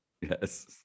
Yes